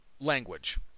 language